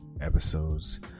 episodes